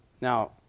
Now